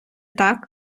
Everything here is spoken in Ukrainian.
так